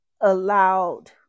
allowed